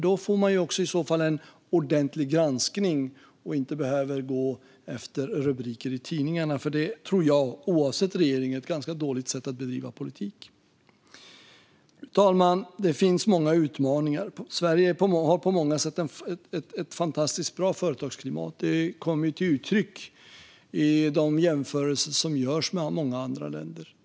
Då får man en ordentlig granskning och behöver inte gå efter rubriker i tidningarna. Det tror jag, oavsett regering, är ett ganska dåligt sätt att bedriva politik. Fru talman! Det finns många utmaningar. Sverige har på många sätt ett fantastiskt bra företagsklimat. Detta kommer till uttryck i de jämförelser som görs med många andra länder.